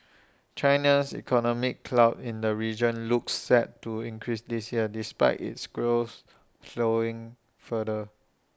China's economic clout in the region looks set to increase this year despite its growth slowing further